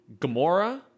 Gamora